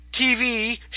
TV